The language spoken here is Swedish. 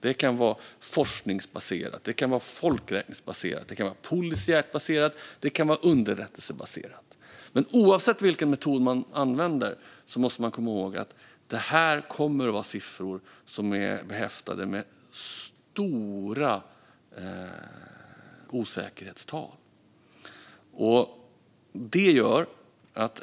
Den kan vara forskningsbaserad, folkräkningsbaserad, polisiärt baserad eller underrättelsebaserad. Oavsett vilken metod man använder måste man dock komma ihåg att det kommer att ge siffror som är behäftade med stora osäkerhetstal.